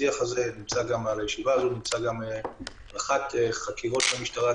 בישיבה הזו נמצא גם רח"ט חקירות המשטרה,